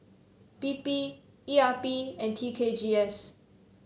P P E R P and T K G S